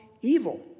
evil